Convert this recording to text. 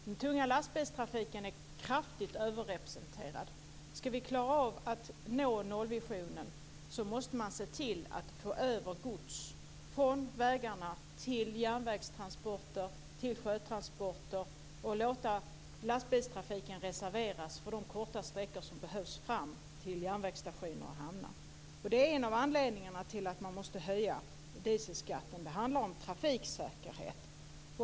Den tunga lastbilstrafiken är kraftigt överrepresenterad. Ska vi klara av att nå nollvisionen måste man se till att få över gods från vägarna till järnvägstransporter och sjötransporter och låta lastbilstrafiken reserveras för de korta sträckorna fram till järnvägsstationer och hamnar. Det är en av anledningarna till att dieselskatten måste höjas. Det handlar om trafiksäkerhet.